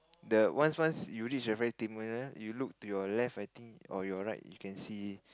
the once once you reach the ferry terminal you look to your left I think or your right you can see